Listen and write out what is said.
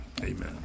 Amen